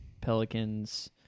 Pelicans